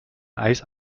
eis